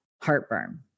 heartburn